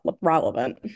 relevant